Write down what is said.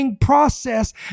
process